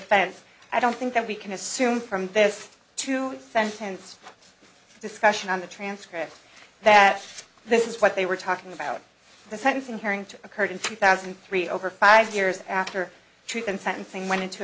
offense i don't think that we can assume from this two sentence discussion on the transcript that this is what they were talking about the sentencing hearing to occurred in two thousand and three over five years after truth and sentencing went into